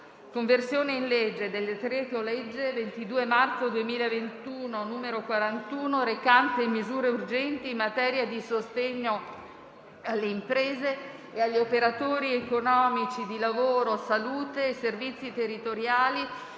«Conversione in legge del decreto-legge 22 marzo 2021, n. 41, recante misure urgenti in materia di sostegno alle imprese e agli operatori economici di lavoro, salute e servizi territoriali,